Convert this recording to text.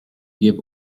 give